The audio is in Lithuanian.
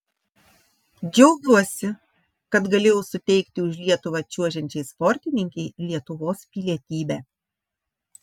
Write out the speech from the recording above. džiaugiuosi kad galėjau suteikti už lietuvą čiuožiančiai sportininkei lietuvos pilietybę